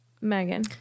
Megan